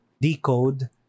decode